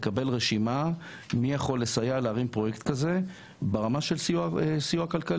לקבל רשימה מי יכול לסייע להרים פרויקט כזה ברמה של סיוע כלכלי.